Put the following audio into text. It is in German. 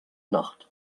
nacht